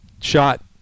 shot